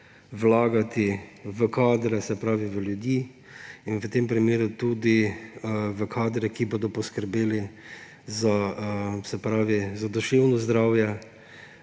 vlagati v kadre, se pravi v ljudi, v tem primeru tudi v kadre, ki bodo poskrbeli za duševno zdravje